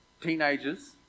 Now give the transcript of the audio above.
teenagers